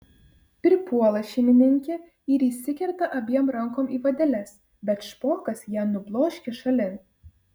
pripuola šeimininkė ir įsikerta abiem rankom į vadeles bet špokas ją nubloškia šalin